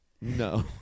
No